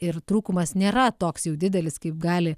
ir trūkumas nėra toks jau didelis kaip gali